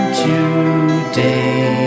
today